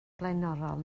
flaenorol